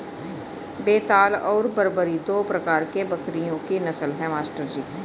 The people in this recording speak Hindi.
बेताल और बरबरी दो प्रकार के बकरियों की नस्ल है मास्टर जी